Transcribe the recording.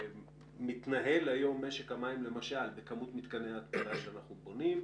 זה מתנהל היום משק המים למשל בכמות מתקני התפלה שאנחנו בונים,